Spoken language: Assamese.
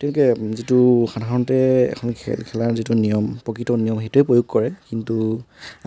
তেওঁলোকে যিটো সাধাৰণতে এখন খেল খেলাৰ যিটো নিয়ম প্ৰকৃত নিয়ম সেইটোৱেই প্ৰয়োগ কৰে কিন্তু